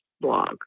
blog